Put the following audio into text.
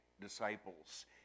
disciples